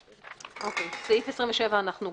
הצבעה בעד 2 נגד אין נמנעים אין סעיף 26 נתקבל.